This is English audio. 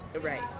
Right